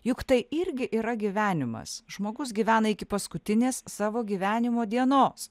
juk tai irgi yra gyvenimas žmogus gyvena iki paskutinės savo gyvenimo dienos